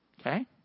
Okay